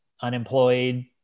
unemployed